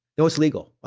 no, it's legal.